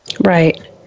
Right